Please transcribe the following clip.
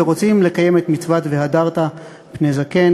ורוצים לקיים את מצוות "והדרת פני זקן",